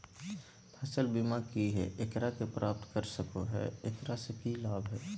फसल बीमा की है, एकरा के प्राप्त कर सको है, एकरा से की लाभ है?